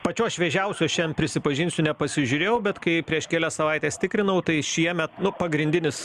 pačios šviežiausios šian prisipažinsiu nepasižiūrėjau bet kai prieš kelias savaites tikrinau tai šiemet nu pagrindinis